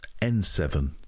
N7